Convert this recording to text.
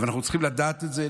אבל אנחנו צריכים לדעת את זה,